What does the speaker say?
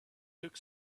took